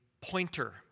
pointer